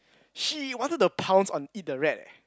she wanted the paws on eat the rat eh